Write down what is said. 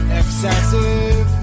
excessive